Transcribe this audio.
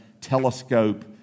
telescope